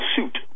suit